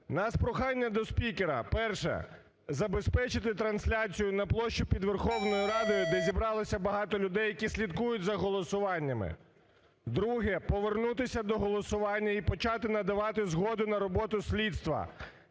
нас прохання до спікера. Перше: забезпечити трансляцію на площі під Верховною Радою, де зібралося багато людей, які слідкують за голосуваннями. Друге: повернутися до голосування і почати надавати згоду на роботу слідства.